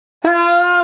Hello